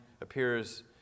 appears